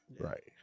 Right